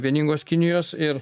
vieningos kinijos ir